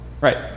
Right